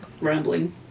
rambling